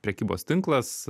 prekybos tinklas